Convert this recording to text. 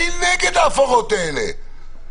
אני נגד ההפרות האלה.